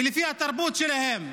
ולפי התרבות שלהם.